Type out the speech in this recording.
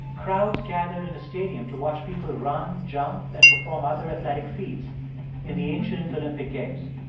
crowds gathered in a stadium to watch people run, jump and perform other athletic feats in the ancient olympic games